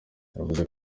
yavuze